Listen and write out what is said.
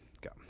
go